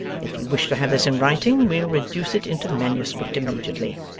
if you wish to have this in writing, we'll reduce it into manuscript immediately.